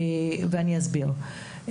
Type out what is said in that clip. ואני אסביר.